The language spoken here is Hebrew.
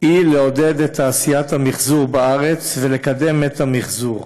היא לעודד את תעשיית המחזור בארץ ולקדם את המחזור.